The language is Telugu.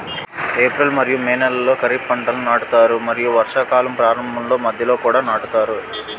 ఏప్రిల్ మరియు మే నెలలో ఖరీఫ్ పంటలను నాటుతారు మరియు వర్షాకాలం ప్రారంభంలో మధ్యలో కూడా నాటుతారు